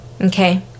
Okay